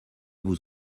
vous